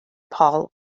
paul